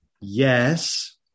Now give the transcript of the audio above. yes